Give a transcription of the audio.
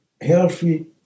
healthy